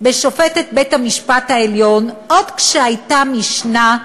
בשופטת בית-המשפט העליון, עוד כשהייתה משנה,